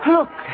Look